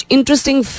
Interesting